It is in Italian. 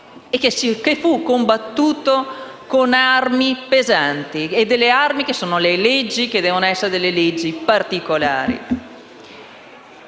che fu combattuto con armi pesanti, che sono leggi e che devono essere delle leggi particolari.